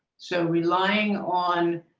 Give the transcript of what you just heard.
so relying on